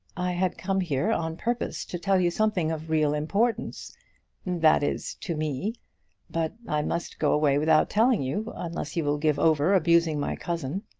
i had come here on purpose to tell you something of real importance that is, to me but i must go away without telling you, unless you will give over abusing my cousin.